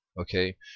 Okay